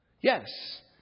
Yes